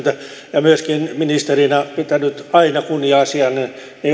ja myöskin ministerinä pitänyt aina kunnia asiana